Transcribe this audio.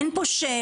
אין פה שאלה,